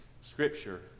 Scripture